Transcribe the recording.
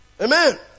Amen